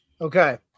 Okay